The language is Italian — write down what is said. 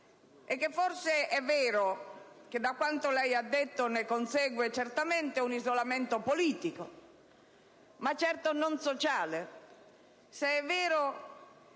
è che è forse vero che, da quanto lei ha detto, ne consegue certamente un isolamento politico, ma certo non sociale,